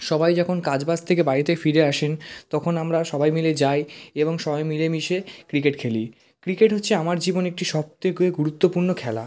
সবাই যখন কাজ বাজ থেকে বাড়িতে ফিরে আসেন তখন আমরা সবাই মিলে যাই এবং সবাই মিলেমিশে ক্রিকেট খেলি ক্রিকেট হচ্ছে আমার জীবনে একটি সবথেকে খুবই গুরুত্বপূর্ণ খেলা